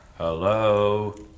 Hello